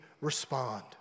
respond